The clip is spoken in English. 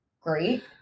great